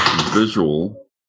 visual